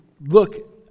look